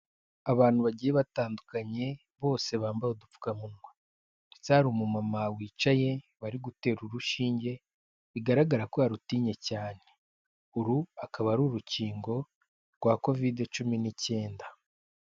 Abantu bagiye batandukanye bose bambaye udupfukamunwa ndetse hari umu mama wicaye bari gutera urushinge bigaragara ko yarutinye cyane, uru akaba ari urukingo rwa kovide cumi n'icyenda.